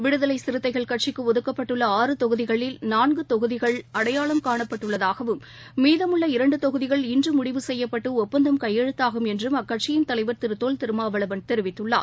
விடுதலைசிறுத்தைகள் கட்சிக்குஒதுக்கப்பட்டுள்ள தொகுதிகளில் நான்குதொகுதிகள் ஆறு அடையாளம் காணப்பட்டுள்ளதாகவும் மீதமுள்ள இரண்டுதொகுதிகள் இன்றுமுடிவு செய்யப்பட்டுவப்பந்தம் கையெழுத்தாகும் என்றும் அக்கட்சியின் தலைவர் திருதொல் திருமாவளவன் தெரிவித்துள்ளார்